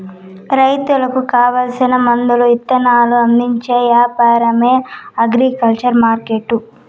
రైతులకు కావాల్సిన మందులు ఇత్తనాలు అందించే యాపారమే అగ్రికల్చర్ మార్కెట్టు